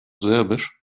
serbisch